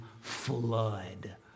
flood